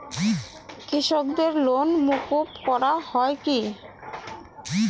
কৃষকদের লোন মুকুব করা হয় কি?